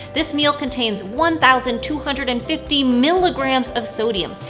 this meal contains one thousand two hundred and fifty milligrams of sodium,